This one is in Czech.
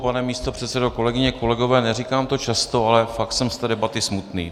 Pane místopředsedo, kolegyně, kolegové, neříkám to často, ale fakt jsem z té debaty smutný.